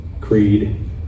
creed